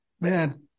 man